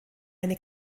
eine